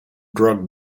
drug